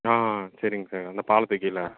ஆ ஆ சரிங்க சார் அந்தப் பாலத்துக்கு கீழே